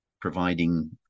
providing